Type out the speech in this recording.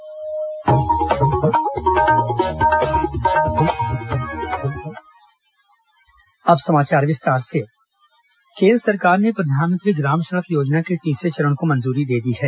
मंत्रिमंडल पीएमजीएसवाई केन्द्र सरकार ने प्रधानमंत्री ग्राम सड़क योजना के तीसरे चरण को मंजूरी दे दी है